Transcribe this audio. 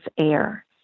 air